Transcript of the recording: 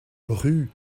rue